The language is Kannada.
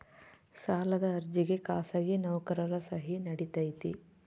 ಸಾಲದ ಅರ್ಜಿಗೆ ಖಾಸಗಿ ನೌಕರರ ಸಹಿ ನಡಿತೈತಿ?